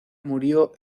murió